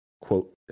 quote